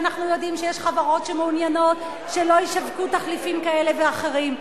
ואנחנו יודעים שיש חברות שמעוניינות שלא ישווקו תחליפים כאלה ואחרים.